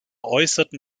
äußerten